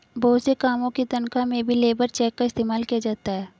बहुत से कामों की तन्ख्वाह में भी लेबर चेक का इस्तेमाल किया जाता है